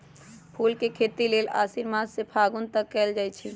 फूल के खेती लेल आशिन मास से फागुन तक कएल जाइ छइ